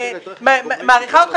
אני מעריכה אותך,